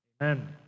Amen